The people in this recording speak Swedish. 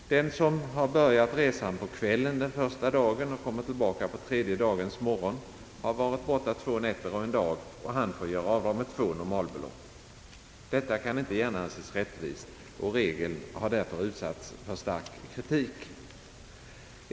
Den som har börjat resan på kvällen den första dagen och kommer tillbaka på tredje dagens morgon, har varit borta två nätter och en dag, och han får göra avdrag med två normalbelopp. Detta kan inte gärna anses rättvist och regeln har därför utsatts för stark kritik.